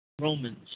Romans